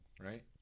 right